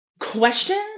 questions